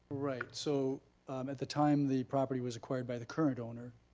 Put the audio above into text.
right, so at the time the property was acquired by the current owner,